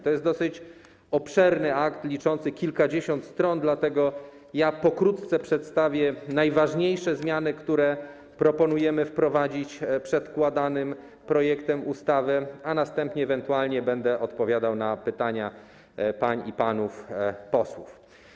To jest dosyć obszerny akt liczący kilkadziesiąt stron, dlatego pokrótce przedstawię najważniejsze zmiany, które proponujemy wprowadzić przedkładanym projektem ustawy, a następnie ewentualnie będę odpowiadał na pytania pań i panów posłów.